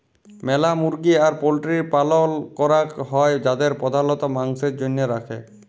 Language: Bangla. ম্যালা মুরগি আর পল্ট্রির পালল ক্যরাক হ্যয় যাদের প্রধালত মাংসের জনহে রাখে